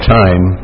time